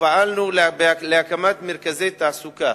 פעלנו להקמת מרכזי תעסוקה,